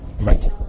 Right